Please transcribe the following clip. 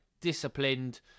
disciplined